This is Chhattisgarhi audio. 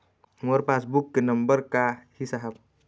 मोर पास बुक के नंबर का ही साहब?